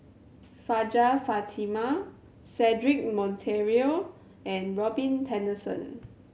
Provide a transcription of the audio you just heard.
Hajjah Fatimah Cedric Monteiro and Robin Tessensohn